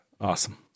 Awesome